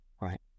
right